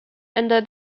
under